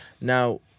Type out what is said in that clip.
now